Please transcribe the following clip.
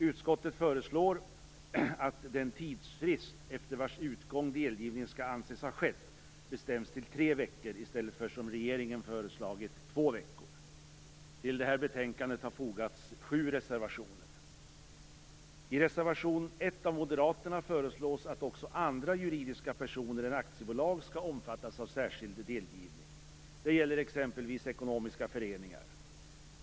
Utskottet föreslår att den tidsfrist efter vars utgång delgivning skall anses ha skett bestäms till tre veckor i stället för, som regeringen har föreslagit, två veckor. Till det här betänkandet har fogats sju reservationer. I reservation 1 av moderaterna föreslås att också andra juridiska personer än aktiebolag skall omfattas av särskild delgivning. Det gäller exempelvis ekonomiska föreningar.